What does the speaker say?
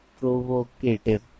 Provocative